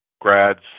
grads